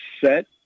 set